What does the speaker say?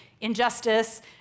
injustice